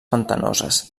pantanoses